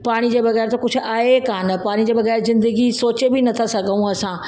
पाणी जे बग़ैर त कुझु आहे कोन्ह पाणी जे बग़ैर ज़िंदगी सोचे बि नथा सघूं असां